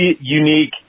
unique